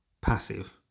passive